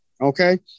okay